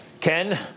Ken